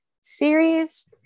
series